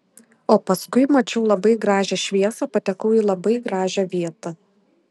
o paskui mačiau labai gražią šviesą patekau į labai gražią vietą